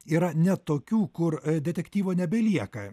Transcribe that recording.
yra ne tokių kur detektyvo nebelieka